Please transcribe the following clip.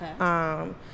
Okay